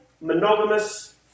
monogamous